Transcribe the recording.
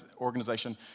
organization